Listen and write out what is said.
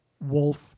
Wolf